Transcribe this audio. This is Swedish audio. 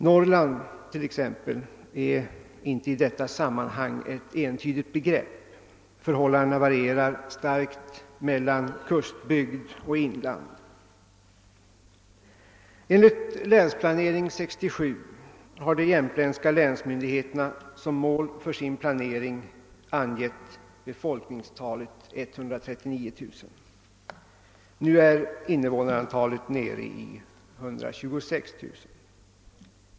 Norrland är t.ex. inte i detta sammanhang ett entydigt begrepp. Förhållandena varierar starkt mellan kustbygd och inland. Enligt Länsplanering 67 har de jämtländska länsmyndigheterna som mål för sin planering angett befolkningstalet 139 000. Nu är invånarantalet nere i 126 000.